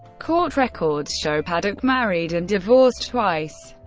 court records show paddock married and divorced twice.